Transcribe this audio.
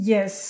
Yes